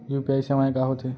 UPI सेवाएं का होथे?